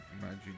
imagine